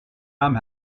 i’m